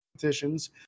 competitions